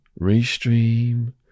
restream